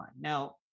Now